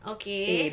okay